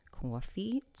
coffee